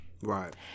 Right